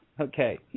Okay